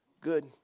Good